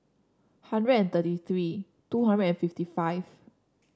hundred and thirty three two hundred and fifty five